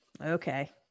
Okay